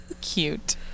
cute